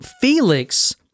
Felix